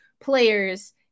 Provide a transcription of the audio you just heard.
players